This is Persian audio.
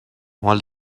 مال